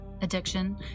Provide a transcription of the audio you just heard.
addiction